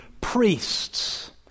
priests